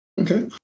Okay